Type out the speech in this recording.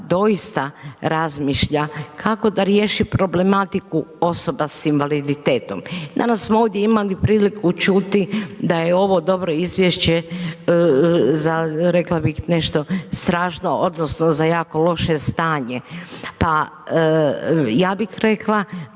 doista razmišlja kako da riješi problematiku osoba s invaliditetom. Danas smo ovdje imali priliku čuti da je ovo dobro izvješće za, rekla bih nešto strašno odnosno za jako loše stanje, pa ja bih rekla